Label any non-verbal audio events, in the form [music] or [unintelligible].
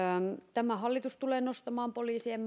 tämä hallitus tulee nostamaan poliisien [unintelligible]